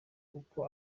kuko